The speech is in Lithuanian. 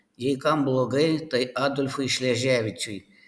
jei kam blogai tai adolfui šleževičiui